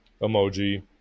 emoji